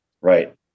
Right